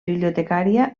bibliotecària